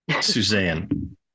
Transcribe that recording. Suzanne